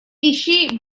вещей